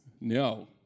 No